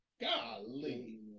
Golly